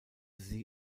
sie